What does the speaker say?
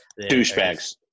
Douchebags